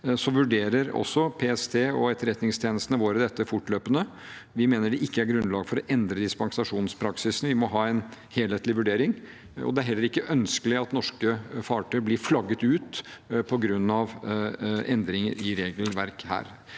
vurderer også PST og etterretningstjenestene våre dette fortløpende. Vi mener det ikke er grunnlag for å endre dispensasjonspraksisen. Vi må ha en helhetlig vurdering, og det er heller ikke ønskelig at norske fartøy blir flagget ut på grunn av endringer i regelverk her.